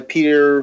Peter